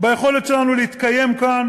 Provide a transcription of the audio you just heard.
ביכולת שלנו להתקיים כאן